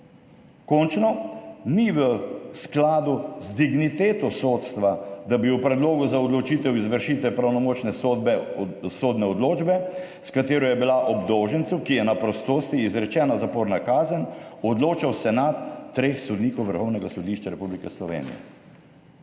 Končno ni v skladu z digniteto sodstva, da bi o predlogu za odločitev izvršitve pravnomočne sodne odločbe, s katero je bila obdolžencu, ki je na prostosti, izrečena zaporna kazen, odločal senat treh sodnikov Vrhovnega sodišča Republike Slovenije.